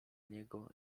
niego